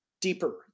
deeper